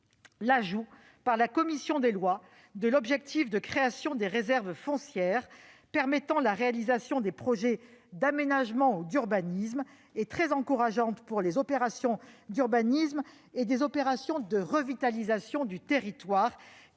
L'ajout par la commission des lois de l'objectif de « création de réserves foncières » permettant la réalisation des projets d'aménagement ou d'urbanisme est très encourageant pour les opérations d'urbanisme ou les opérations de revitalisation du territoire,